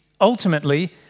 ultimately